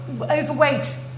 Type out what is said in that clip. overweight